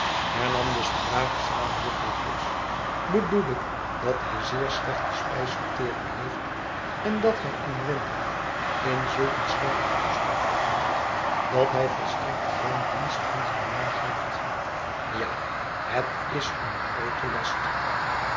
hernam de spraakzame juffrouw tibbs bedoel ik dat hij een zeer slechte spijsvertering heeft en dat hij inwendig in zulk een slechten toestand verkeert dat hij volstrekt geen dienst van zijn maag heeft ja het is een groote last